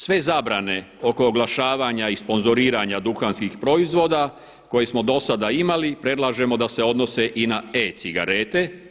Sve zabrane oko oglašavanja i sponzoriranja duhanskih proizvoda koje smo do sada imali, predlažemo da se odnose i na e-cigareta.